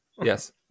Yes